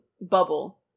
bubble